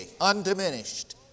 undiminished